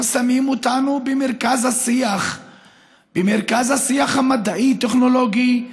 שמים אותנו במרכז השיח המדעי טכנולוגי.